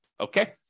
okay